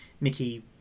Mickey